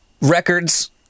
records